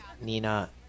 Nina